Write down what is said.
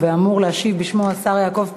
ואמור להשיב בשמו השר יעקב פרי,